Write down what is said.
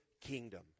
kingdom